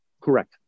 Correct